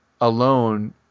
alone